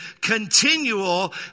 continual